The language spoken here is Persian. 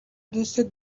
دوست